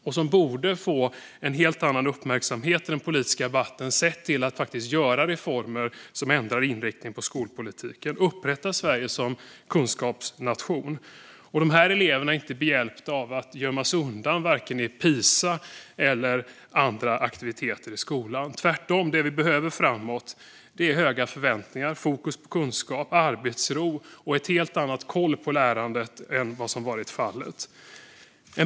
De borde också få en helt annan uppmärksamhet i den politiska debatten vad gäller att göra reformer som ändrar inriktning på skolpolitiken och upprättar Sverige som kunskapsnation. Dessa elever är inte behjälpta av att gömmas undan i Pisaundersökningen eller i andra aktiviteter i skolan. Tvärtom är det vi behöver framåt höga förväntningar, fokus på kunskap, arbetsro och en helt annan koll på lärandet än vad som har varit fallet. Herr talman!